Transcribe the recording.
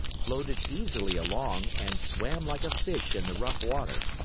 floated easily along and swam like a fish in the rough water.